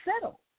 settle